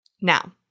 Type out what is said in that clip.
Now